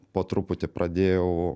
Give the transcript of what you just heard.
po truputį pradėjau